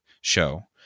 show